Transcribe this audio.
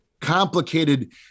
complicated